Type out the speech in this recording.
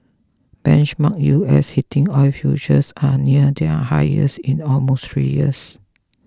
benchmark U S heating oil futures are near their highest in almost three years